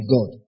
God